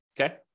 okay